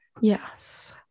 Yes